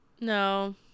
No